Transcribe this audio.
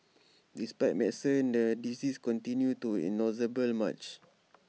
despite medicines the disease continued to its inexorable March